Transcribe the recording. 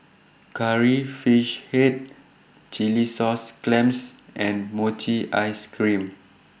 Curry Fish Head Chilli Sauce Clams and Mochi Ice Cream